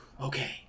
okay